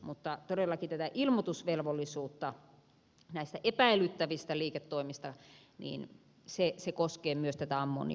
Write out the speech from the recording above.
mutta todellakin tämä ilmoitusvelvollisuus näistä epäilyttävistä liiketoimista koskee myös tätä ammoniumnitraattia